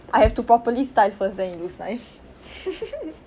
I have to properly style first then it looks nice